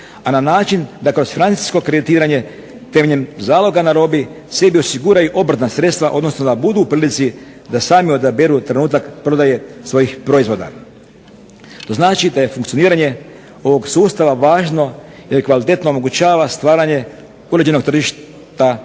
a na način da kroz financijsko kreditiranje temeljem zaloga na robi sebi osiguraju obrtna sredstva, odnosno da budu u prilici da sami odaberu trenutak prodaje svojih proizvoda. To znači da je funkcioniranje ovog sustava važno jer kvalitetno omogućava stvaranje određenog tržišta, odnosno